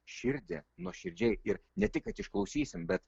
širdį nuoširdžiai ir ne tik kad išklausysim bet